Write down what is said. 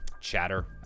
chatter